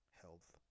health